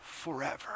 forever